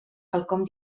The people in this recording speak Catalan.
quelcom